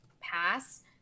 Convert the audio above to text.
pass